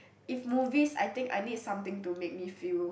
if movies I think I need something to make me feel